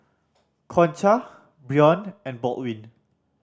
Concha Brion and Baldwin